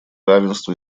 равенство